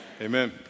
Amen